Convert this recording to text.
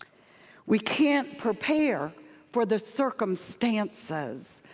we can't prepare for the circumstances,